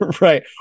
Right